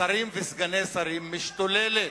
שרים וסגני שרים, משתוללת,